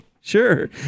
Sure